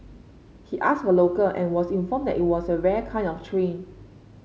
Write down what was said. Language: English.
he asked a local and was informed that it was a a rare kind of train